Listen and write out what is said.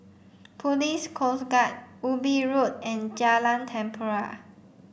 Police Coast Guard Ubi Road and Jalan Tempua